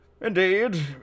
indeed